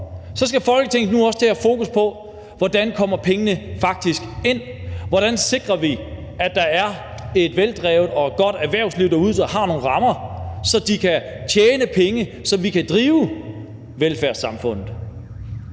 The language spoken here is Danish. skal Folketinget nu også til at have fokus på, hvordan pengene faktisk kommer ind, hvordan vi sikrer, at der er et veldrevet og et godt erhvervsliv derude, der har nogle rammer, så de kan tjene penge, så vi kan drive velfærdssamfundet.